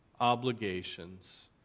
obligations